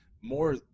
more